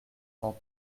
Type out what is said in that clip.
cent